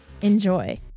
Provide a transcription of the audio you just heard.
Enjoy